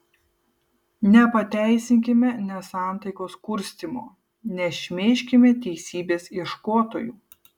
nepateisinkime nesantaikos kurstymo nešmeižkime teisybės ieškotojų